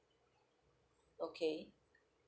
okay